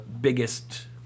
biggest